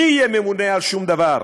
מי יהיה ממונה על שום דבר?